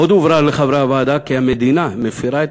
עוד הובהר לחברי הוועדה כי המדינה מפרה את